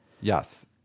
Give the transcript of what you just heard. Yes